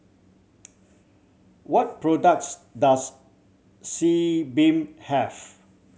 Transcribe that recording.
what products does Sebamed have